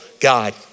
God